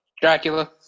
Dracula